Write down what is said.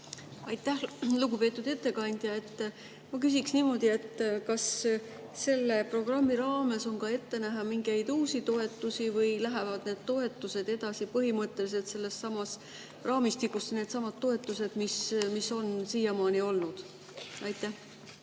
Aitäh! Lugupeetud ettekandja! Ma küsiksin niimoodi: kas selle programmi raames on ette näha ka mingeid uusi toetusi või läheb toetamine edasi põhimõtteliselt sellessamas raamistikus nendesamade toetustena, mis on siiamaani olnud? Aitäh!